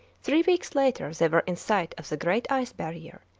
three weeks later they were in sight of the great ice barrier,